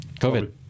COVID